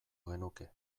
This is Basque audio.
genuke